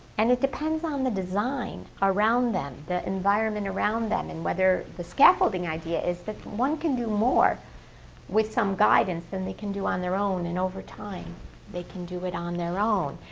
and it depends on um the design around them, the environment around them, and whether. the scaffolding idea is that one can do more with some guidance than they can do on their own, and over time they can do it on their own.